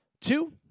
Two